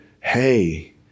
hey